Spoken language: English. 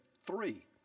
three